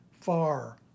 far